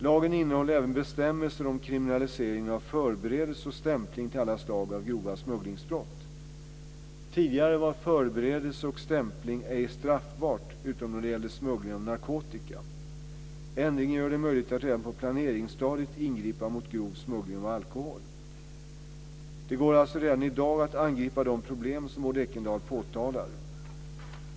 Lagen innehåller även bestämmelser om kriminalisering av förberedelse och stämpling till alla slag av grova smugglingsbrott. Tidigare var förberedelse och stämpling ej straffbart utom då det gällde smuggling av narkotika. Ändringen gör det möjligt att redan på planeringsstadiet ingripa mot grov smuggling av alkohol. Det går alltså redan i dag att angripa de problem som Maud Ekendahl påtalar.